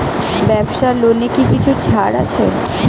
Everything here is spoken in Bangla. ব্যাবসার লোনে কি কিছু ছাড় আছে?